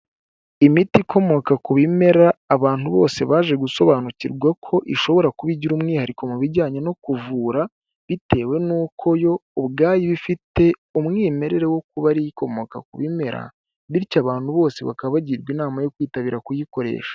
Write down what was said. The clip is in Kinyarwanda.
Imiti ikomoka ku bimera abantu bose baje gusobanukirwa ko ishobora kuba igira umwihariko mu bijyanye no kuvura bitewe n'uko yo ubwayo iba ifite umwimerere wo kuba ariyo ikomoka ku bimera, bityo abantu bose bakaba bagirwa inama yo kwitabira kuyikoresha.